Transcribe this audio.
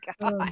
God